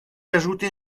ajouté